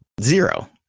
zero